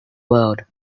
world